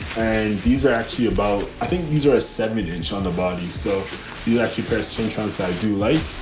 and these are actually about, i think these are a segment inch on the body. so you actually pursue in terms that i do like,